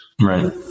Right